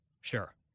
Sure